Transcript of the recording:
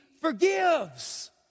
forgives